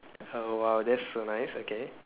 uh !wow! that's so nice okay